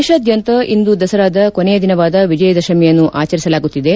ದೇಶಾದ್ಯಂತ ಇಂದು ದಸರಾದ ಕೊನೆಯ ದಿನವಾದ ವಿಜಯದಶಮಿಯನ್ನು ಆಚರಿಸಲಾಗುತ್ತಿದೆ